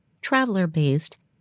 traveler-based